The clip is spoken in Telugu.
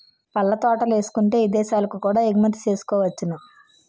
పళ్ళ తోటలేసుకుంటే ఇదేశాలకు కూడా ఎగుమతి సేసుకోవచ్చును